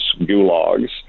gulags